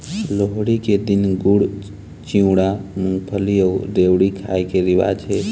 लोहड़ी के दिन गुड़, चिवड़ा, मूंगफली अउ रेवड़ी खाए के रिवाज हे